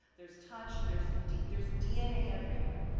there's touch, there's there's dna everywhere.